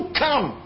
come